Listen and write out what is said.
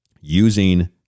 using